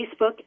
Facebook